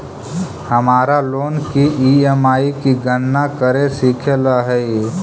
हमारा लोन की ई.एम.आई की गणना करे सीखे ला हई